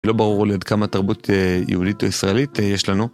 לא ברור לי עד כמה תרבות יהודית או ישראלית יש לנו.